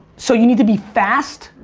so you need to be fast.